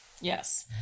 yes